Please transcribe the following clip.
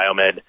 Biomed